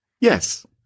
Yes